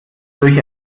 durch